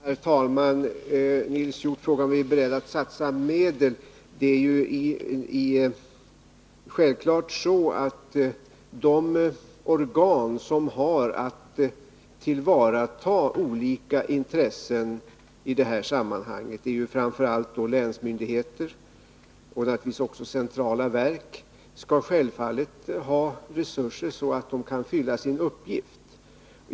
Herr talman! Nils Hjorth frågar mig om jag är beredd att satsa medel. Det är självfallet så att de organ som har att tillvarata olika intressen, framför allt länsmyndigheter och centrala verk, skall ha resurser så att de kan fylla sin uppgift.